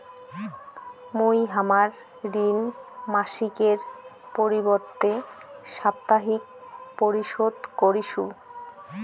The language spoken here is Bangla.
মুই হামার ঋণ মাসিকের পরিবর্তে সাপ্তাহিক পরিশোধ করিসু